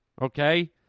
Okay